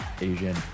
Asian